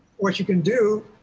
what you can do